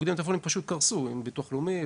כמו ביטוח לאומי,